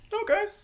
Okay